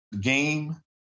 game